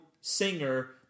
singer